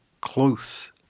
close